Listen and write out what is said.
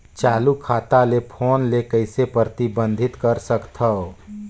चालू खाता ले फोन ले कइसे प्रतिबंधित कर सकथव?